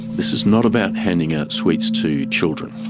this is not about handing out sweets to children.